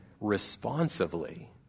responsively